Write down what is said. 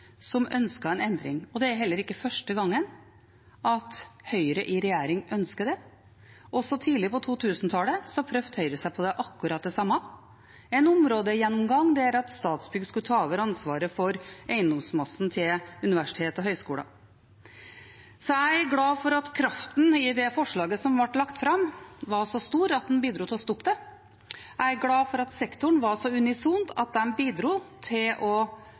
som ønsket en endring. Det er heller ikke første gang Høyre i regjering ønsker det. Også tidlig på 2000-tallet prøvde Høyre seg på akkurat det samme – en områdegjennomgang der Statsbygg skulle ta over ansvaret for universiteters og høyskolers eiendomsmasse. Jeg er glad for at kraften i det forslaget som ble lagt fram, var så stor at det bidro til å stoppe det. Jeg er glad for at sektoren var så unison at det bidro til å